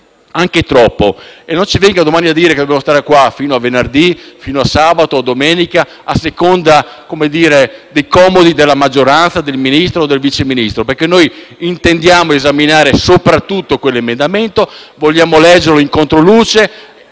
anche troppo. E non ci venga domani a dire che dobbiamo stare qua fino a venerdì, fino a sabato o domenica, a seconda dei comodi della maggioranza, del Ministro o del Vice Ministro, perché noi intendiamo esaminare soprattutto quell'emendamento. Vogliamo leggerlo in controluce,